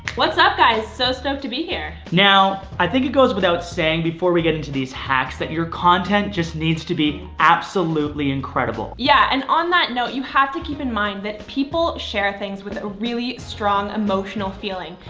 what's up guys so stoked to be here. now i think it goes without saying before we get into these hacks that your content just needs to be absolutely incredible. yeah and on that note you have to keep in mind that people share things with a really strong emotional feeling,